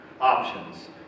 options